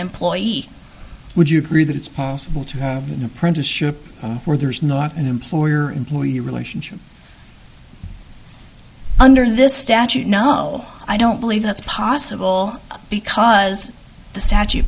employee would you agree that it's possible to have an apprenticeship where there is not an employer employee relationship under this statute no i don't believe that's possible because the statu